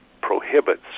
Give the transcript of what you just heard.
prohibits